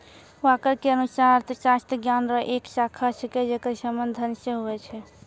walker के अनुसार अर्थशास्त्र ज्ञान रो एक शाखा छिकै जेकर संबंध धन से हुवै छै